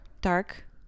dark